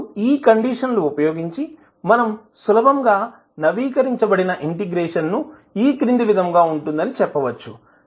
ఇప్పుడు ఈ కండిషన్ లు ఉపయోగించి మనం సులభంగా నవీకరించబడిన ఇంటిగ్రేషన్ ఈ క్రింది విధంగా ఉంటుంది అనిచెప్పవచ్చు